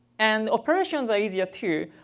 and operations are easier, too.